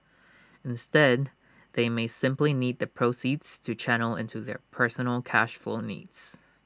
instead they may simply need the proceeds to channel into their personal cash flow needs